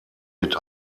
mit